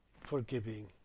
Forgiving